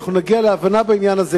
אנחנו נגיע להבנה בעניין הזה,